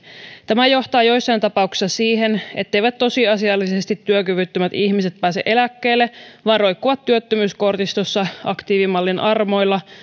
tämä johtaa joissain tapauksissa siihen etteivät tosiasiallisesti työkyvyttömät ihmiset pääse eläkkeelle vaan roikkuvat työttömyyskortistossa aktiivimallin armoilla